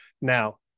Now